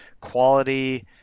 quality